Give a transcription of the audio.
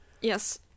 Yes